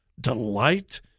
delight